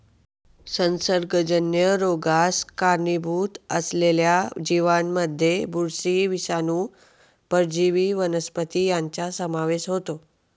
संसर्गजन्य रोगास कारणीभूत असलेल्या जीवांमध्ये बुरशी, विषाणू, परजीवी वनस्पती यांचा समावेश होतो